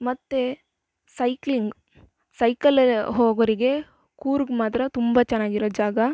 ಮತ್ತು ಸೈಕ್ಲಿಂಗ್ ಸೈಕಲಲ್ಲಿ ಹೋಗೊರಿಗೆ ಕೂರ್ಗ್ ಮಾತ್ರ ತುಂಬ ಚೆನಾಗಿರೋ ಜಾಗ